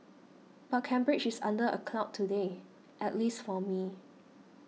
but Cambridge is under a cloud today at least for me